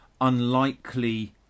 unlikely